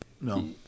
No